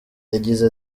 yagize